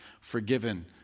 forgiven